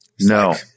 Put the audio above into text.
No